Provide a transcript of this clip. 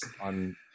on